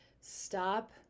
stop